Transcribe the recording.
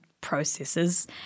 processes